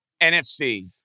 NFC